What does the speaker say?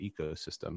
ecosystem